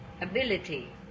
ability